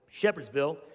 Shepherdsville